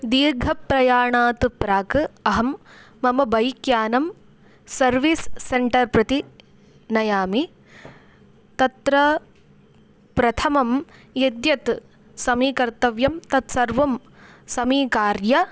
दीर्घप्रयाणात् प्राक् अहं मम बैक्यानं सर्वीस् सेण्टर् प्रति नयामि तत्र प्रथमं यद्यद् समीकर्तव्यं तत्सर्वं समीकार्य